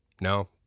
No